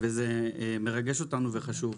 זה מרגש אותנו וחשוב.